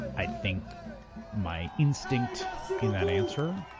i think my instinct in that answer.